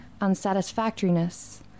unsatisfactoriness